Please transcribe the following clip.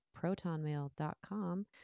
protonmail.com